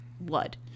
blood